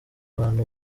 bantu